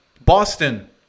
Boston